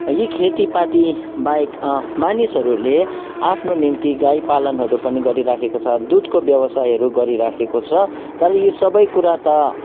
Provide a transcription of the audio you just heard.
यी खेतीपातीबाहेक मानिसहरूले आफ्नो निम्ति गाईपालनहरू पनि गरिरहेको छ दुधको व्यवसायहरू गरिरहेको छ तर यो सबै कुरा त